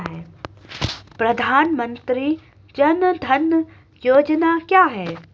प्रधानमंत्री जन धन योजना क्या है?